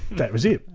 that was it,